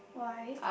why